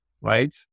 right